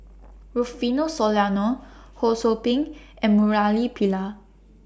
Rufino Soliano Ho SOU Ping and Murali Pillai